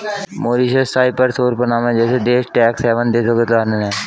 Mauritius, Cyprus और Panama जैसे देश टैक्स हैवन देशों के उदाहरण है